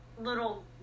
little